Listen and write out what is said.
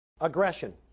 Aggression